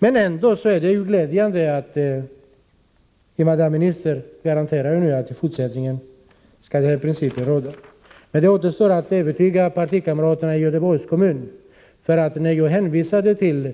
Det är ändå glädjande att invandrarministern nu garanterar att den här principen skall gälla i fortsättningen. Men det återstår för henne att övertyga partikamraterna i Göteborgs kommun om detta. När jag hänvisade till